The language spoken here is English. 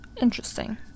interesting